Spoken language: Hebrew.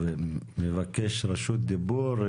מבקש רשות דיבור,